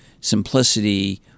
simplicity